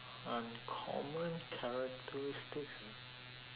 uncommon characteristics ah